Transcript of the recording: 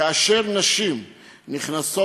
כאשר נשים נכנסות